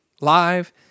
live